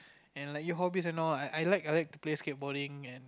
and like your hobbies and all I like I like to play skateboarding and